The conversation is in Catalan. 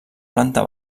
planta